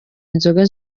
inzoga